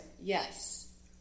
yes